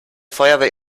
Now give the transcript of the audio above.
feuerwehr